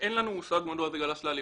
אין לנו מושג מדוע זה גלש לאלימות.